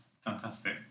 fantastic